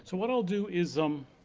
so what i'll do is um